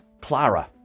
Clara